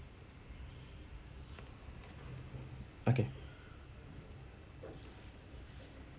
okay